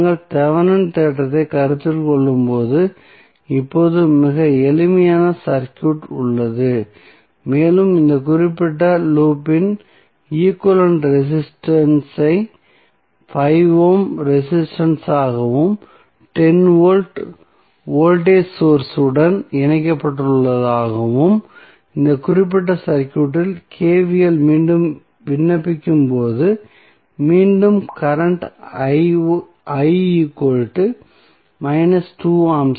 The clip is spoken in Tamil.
நாங்கள் தெவெனின் தேற்றத்தைக் கருத்தில் கொள்ளும்போது இப்போது மிக எளிமையான சர்க்யூட் உள்ளது மேலும் இந்த குறிப்பிட்ட லூப் இன் ஈக்விவலெண்ட் ரெசிஸ்டன்ஸ் ஐ 5 ஓம் ரெசிஸ்டன்ஸ் ஆகவும் 10 வோல்ட் வோல்டேஜ் சோர்ஸ் உடன் இணைக்கப்பட்டுள்ளதாகவும் இந்த குறிப்பிட்ட சர்க்யூட்டில் KVL மீண்டும் விண்ணப்பிக்கும்போது மீண்டும் கரண்ட் A